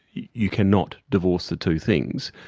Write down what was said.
you cannot divorce the two things.